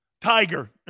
Tiger